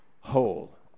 whole